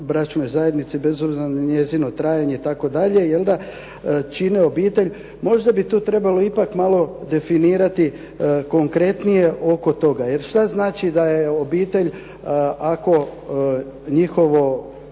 izvanbračnoj zajednici bez obzira na njezino trajanje itd. i onda čine obitelj. Možda bi tu trebalo ipak malo definirati konkretnije oko toga jer što znači da je obitelj ako njihov